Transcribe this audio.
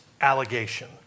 allegation